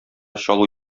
чалу